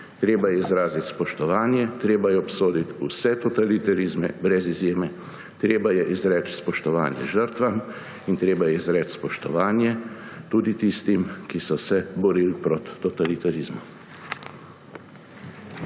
Treba je izraziti spoštovanje, treba je obsoditi vse totalitarizme brez izjeme, treba je izreči spoštovanje žrtvam in treba je izreči spoštovanje tudi tistim, ki so se borili proti totalitarizmu.